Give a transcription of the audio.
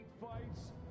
fights